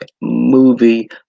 movie